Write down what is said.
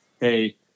Hey